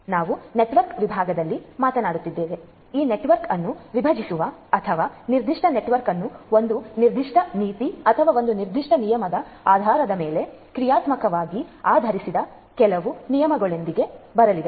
ಆದ್ದರಿಂದ ನಾವು ನೆಟ್ವರ್ಕ್ ವಿಭಾಗದಲ್ಲಿ ಮಾತನಾಡುತ್ತಿದ್ದೇವೆ ಈ ನೆಟ್ವರ್ಕ್ ಅನ್ನು ವಿಭಜಿಸುವ ಅಥವಾ ಈ ನಿರ್ದಿಷ್ಟ ನೆಟ್ವರ್ಕ್ ಅನ್ನು ಒಂದು ನಿರ್ದಿಷ್ಟ ನೀತಿ ಅಥವಾ ಒಂದು ನಿರ್ದಿಷ್ಟ ನಿಯಮದ ಆಧಾರದ ಮೇಲೆ ಕ್ರಿಯಾತ್ಮಕವಾಗಿ ಆಧರಿಸಿದ ಕೆಲವು ನಿಯಮಗಳೊಂದಿಗೆ ಬರಲಿದೆ